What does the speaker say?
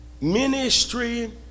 ministry